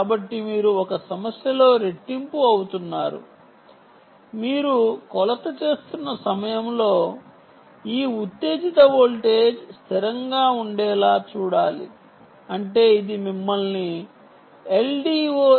కాబట్టి మీరు ఒక సమస్యలో రెట్టింపు అవుతున్నారు మీరు కొలత చేస్తున్న సమయంలో ఈ ఉత్తేజిత వోల్టేజ్ స్థిరంగా ఉండేలా చూడాలి అంటే ఇది మిమ్మల్ని LDO యొక్క అవసరానికి దారి తీస్తుంది